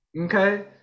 Okay